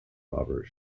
robert